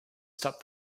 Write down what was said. stop